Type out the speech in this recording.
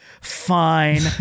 fine